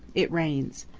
it rains.